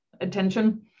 attention